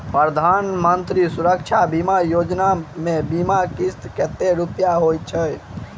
प्रधानमंत्री सुरक्षा बीमा योजना मे बीमा किस्त कतेक रूपया केँ होइत अछि?